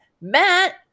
Matt